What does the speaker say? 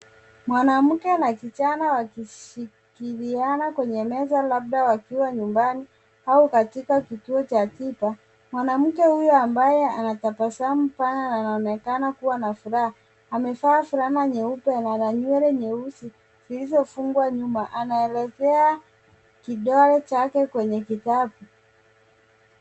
Mwanamke na kijana wakishirikiana kwenye meza labda wakiwa nyumbani au katika kituo cha tiba. Mwanamke huyo ambaye anatabasamu pana na anaonekana kuwa na furaha. Amevaa fulana nyeupe na ana nywele nyeusi zilizofungwa nyuma. Anaelezea kidole chake kwenye kitabu.